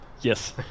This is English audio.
Yes